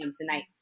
tonight